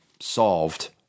solved